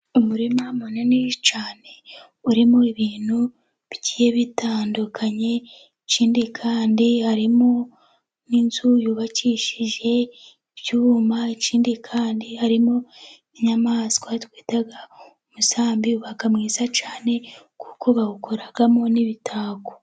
Umurima munini cyane, urimo ibintu bigiye bitandukanye, ikindi kandi harimo n'inzu yubakishije ibyuma, ikindi kandi harimo n'inyamaswa twita umusambi, uba mwiza cyane, kuko bawukoramo n'imitako.